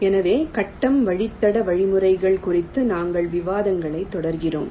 எனவே கட்டம் வழித்தட வழிமுறைகள் குறித்த எங்கள் விவாதங்களைத் தொடர்கிறோம்